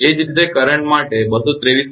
એ જ રીતે કરંટ માટે તે 223